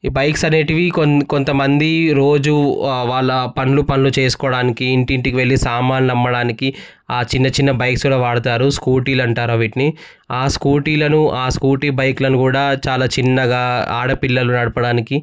ఈ బైక్స్ అనేవి కొన్ని కొంత మంది రోజు వాళ్ళ పనులు పనులు చేసుకోవడానికి ఇంటింటికి వెళ్ళి సామాన్లు అమ్మడానికి ఆ చిన్న చిన్న బైక్స్లో వాడుతారు స్కూటీలు అంటారు వీటిని ఆ స్కూటీలను ఆ స్కూటీ బైక్లను కూడా చాలా చిన్నగా ఆడపిల్లలు నడపడానికి